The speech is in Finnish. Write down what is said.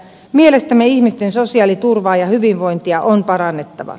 mielestämme ihmisten sosiaaliturvaa ja hyvinvointia on parannettava